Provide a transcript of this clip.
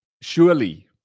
surely